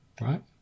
Right